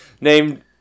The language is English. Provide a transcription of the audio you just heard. named